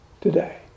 today